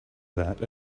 that